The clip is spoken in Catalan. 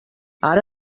ara